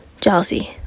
jealousy